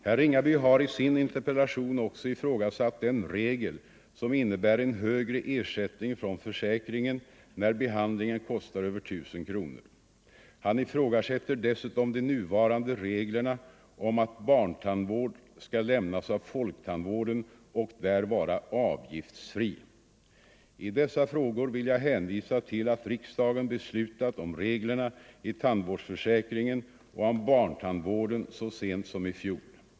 Herr Ringaby har i sin interpellation också ifrågasatt den regel som innebär en högre ersättning från försäkringen när behandlingen kostar över 1 000 kronor. Han ifrågasätter dessutom de nuvarande reglerna om att barntandvård skall lämnas av folktandvården och där vara avgiftsfri. I dessa frågor vill jag hänvisa till att riksdagen beslutat om reglerna i tandvårdsförsäkringen och om barntandvården så sent som i fjol.